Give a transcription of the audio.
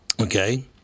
Okay